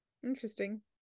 Interesting